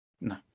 No